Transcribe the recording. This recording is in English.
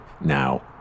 now